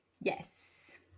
Yes